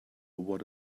what